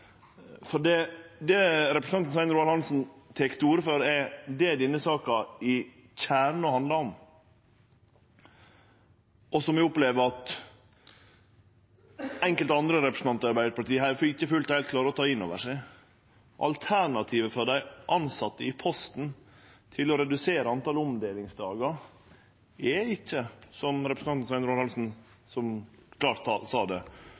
å høyre. Det representanten Svein Roald Hansen tek til orde for, er det denne saka i kjernen handlar om, og som eg opplever at enkelte andre representantar i Arbeidarpartiet ikkje fullt og heilt klarar å ta inn over seg. Alternativet for dei tilsette i Posten til det å redusere talet omdelingsdagar er ikkje, som representanten Svein Roald Hansen klart sa det,